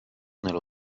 nello